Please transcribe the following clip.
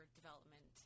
development